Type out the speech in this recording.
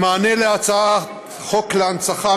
במענה להצעת חוק להנצחה,